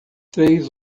três